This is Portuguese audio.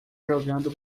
jogando